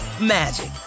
magic